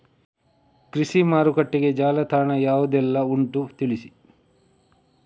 ಕೃಷಿ ಮಾರುಕಟ್ಟೆಗೆ ಜಾಲತಾಣ ಯಾವುದೆಲ್ಲ ಉಂಟು ತಿಳಿಸಿ